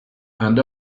and